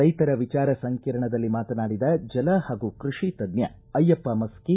ರೈತರ ವಿಚಾರ ಸಂಕಿರಣದಲ್ಲಿ ಮಾತನಾಡಿದ ಜಲ ಹಾಗೂ ಕೃಷಿ ತಜ್ಜ ಅಯ್ಯಪ್ಪ ಮಸ್ಕಿ